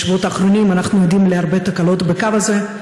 בשבועות האחרונים אנחנו עדים להרבה תקלות בקו הזה.